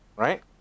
right